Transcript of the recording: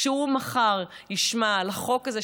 כשהוא מחר ישמע על החוק הזה,